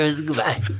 Goodbye